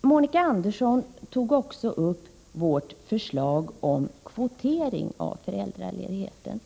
Monica Andersson tog också upp vårt förslag om kvotering av föräldraledigheten.